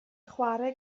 chwarae